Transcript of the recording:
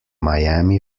miami